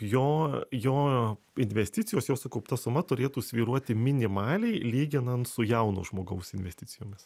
jo jo investicijos jo sukaupta suma turėtų svyruoti minimaliai lyginant su jauno žmogaus investicijomis